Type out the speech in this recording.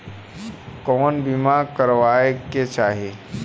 कउन बीमा करावें के चाही?